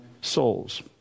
souls